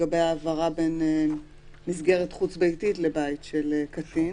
לגבי העברה בין מסגרת חוץ-ביתית לבית של קטין.